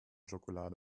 schokolade